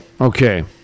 Okay